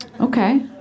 Okay